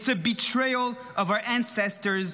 It's a betrayal of our ancestors,